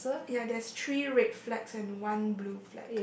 ya there's three red flags and one blue flag